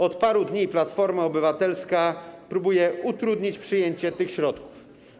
Od paru dni Platforma Obywatelska próbuje utrudnić przyjęcie tych środków.